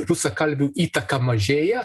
rusakalbių įtaka mažėja